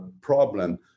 problem